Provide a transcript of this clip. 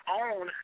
own